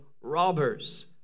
robbers